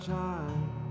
time